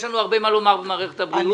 יש לנו הרבה מה לומר לגבי מערכת הבריאות.